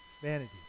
vanity